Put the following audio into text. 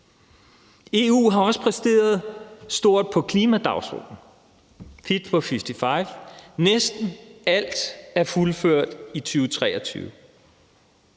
EU har også præsteret stort på klimadagsordenen med fit for 55. Næsten alt er fuldført i 2023.